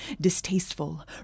Distasteful